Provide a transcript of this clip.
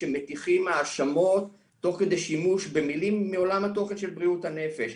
שמטיחים האשמות תוך כדי שימוש במילים מעולם התוכן של בריאות הנפש.